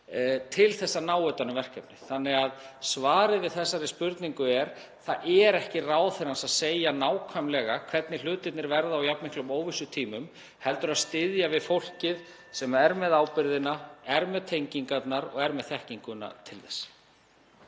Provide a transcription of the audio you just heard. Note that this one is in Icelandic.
til þess að ná utan um verkefnið. Svarið við þessari spurningu er því: Það er ekki ráðherrans að segja nákvæmlega hvernig hlutirnir verða á jafn miklum óvissutímum heldur að styðja við fólkið sem er með ábyrgðina, er með tengingarnar og er með þekkinguna til þess.